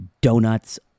donuts